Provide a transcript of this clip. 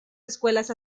escuelas